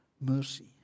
mercy